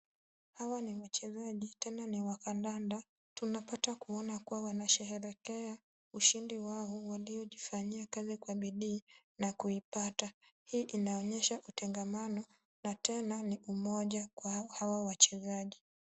Hawa ni wachezaji, tena ni wa kandanda, tunapata kuona kwamba, wanashehekea ushindi wao, walioufanya kazi kwa bidii na kuupata. Hii inaonyesha utangamano na tena ni umoja wa hawa wachezaji.